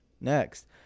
next